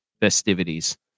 festivities